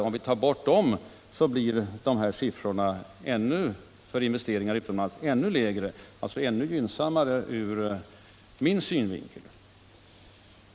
Om vi räknar bort dessa investeringar blir siffrorna förde direkta investeringarna utomlands gynnsammare ur min synvinkel.